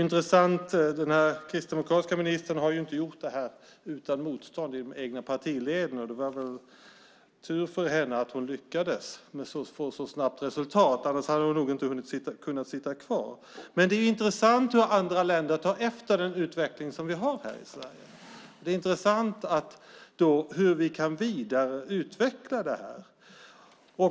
Den kristdemokratiska ministern har inte gjort det här utan motstånd i de egna partileden. Det är väl tur för henne att hon har lyckats att få ett så snabbt resultat, annars hade hon nog inte kunnat sitta kvar. Det är intressant hur andra länder tar efter den utveckling vi har här i Sverige. Det är intressant hur vi kan vidareutveckla detta.